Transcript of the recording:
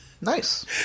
Nice